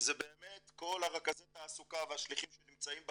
זה באמת כל רכזי התעסוקה והשליחים שנמצאים בקצה,